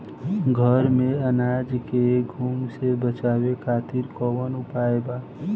घर में अनाज के घुन से बचावे खातिर कवन उपाय बा?